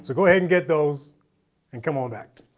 go ahead and get those and come on back.